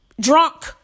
drunk